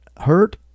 hurt